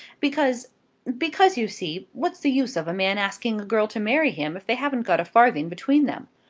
because because you see, what's the use of a man asking a girl to marry him if they haven't got a farthing between them.